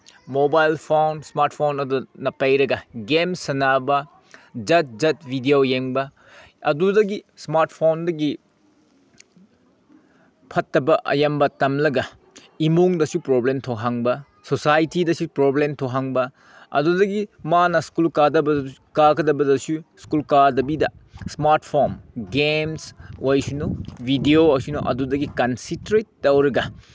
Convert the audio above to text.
mobile phone smart phone ꯑꯗꯨꯅ ꯄꯥꯏꯔꯒ game ꯁꯥꯟꯅꯕ ꯖꯥꯠ ꯖꯥꯠ ꯚꯤꯗꯤꯑꯣ ꯌꯦꯡꯕ ꯑꯗꯨꯗꯒꯤ ꯏꯁꯃꯥꯔꯠ ꯐꯣꯟꯗꯒꯤ ꯐꯠꯇꯕ ꯑꯌꯥꯝꯕ ꯇꯝꯂꯒ ꯏꯃꯨꯡꯗꯁꯨ ꯄ꯭ꯔꯣꯕ꯭ꯂꯦꯝ ꯊꯣꯛꯍꯟꯕ ꯁꯣꯁꯥꯏꯇꯤꯗꯁꯨ ꯄ꯭ꯔꯣꯕ꯭ꯂꯦꯝ ꯊꯣꯛꯍꯟꯕ ꯑꯗꯨꯗꯒꯤ ꯃꯥꯅ ꯁ꯭ꯀꯨꯜ ꯀꯥꯗꯕ ꯀꯥꯒꯗꯕꯗꯁꯨ ꯁ꯭ꯀꯨꯜ ꯀꯥꯗꯕꯤꯗ ꯏꯁꯃꯥꯔꯠ ꯐꯣꯟ ꯒꯦꯝꯁ ꯑꯣꯏꯁꯅꯨ ꯚꯤꯗꯤꯌꯣ ꯑꯣꯏꯁꯅꯨ ꯑꯗꯨꯗꯒꯤ ꯀꯟꯁꯟꯇ꯭ꯔꯦꯠ ꯇꯧꯔꯒ